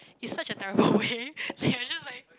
it's such terrible way there are just like